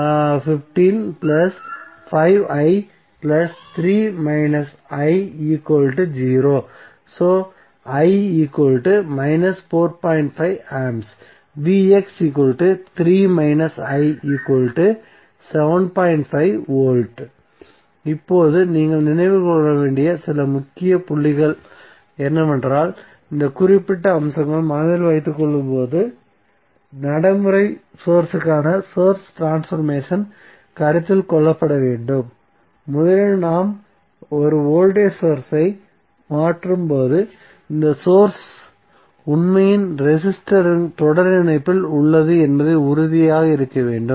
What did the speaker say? A V இப்போது நீங்கள் நினைவில் கொள்ள வேண்டிய சில முக்கிய புள்ளிகள் என்னவென்றால் இந்த குறிப்பிட்ட அம்சங்களை மனதில் வைத்துக் கொள்ளும்போது நடைமுறை சோர்ஸ்சிற்கான சோர்ஸ் ட்ரான்ஸ்பர்மேசன் கருத்தில் கொள்ளப்பட வேண்டும் முதலில் நாம் ஒரு வோல்டேஜ் சோர்ஸ் ஐ மாற்றும் போது இந்த சோர்ஸ்கள் உண்மையில் ரெசிஸ்டருடன் தொடர் இணைப்பில் உள்ளது என்பதில் உறுதியாக இருக்க வேண்டும்